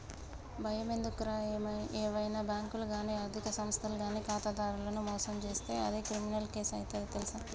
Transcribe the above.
బయమెందుకురా ఏవైనా బాంకులు గానీ ఆర్థిక సంస్థలు గానీ ఖాతాదారులను మోసం జేస్తే అది క్రిమినల్ కేసు అయితది తెల్సా